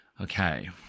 okay